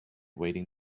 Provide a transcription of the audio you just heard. waiting